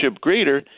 greater